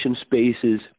spaces